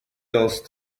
else